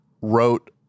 wrote